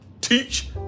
teach